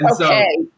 okay